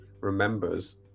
remembers